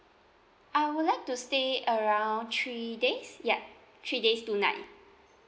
I would like to stay around three days ya three days two night